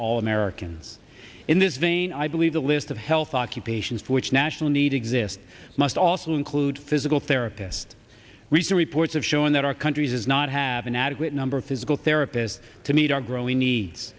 all americans in this vein i believe the list of health occupations for which national need exists must also include physical therapists recent reports of showing that our country does not have an adequate number of physical therapists to meet our growing needs